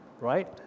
right